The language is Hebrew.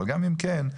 אבל גם אם כן,